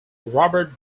robert